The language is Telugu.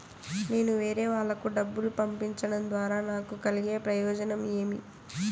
నేను వేరేవాళ్లకు డబ్బులు పంపించడం ద్వారా నాకు కలిగే ప్రయోజనం ఏమి?